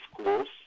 schools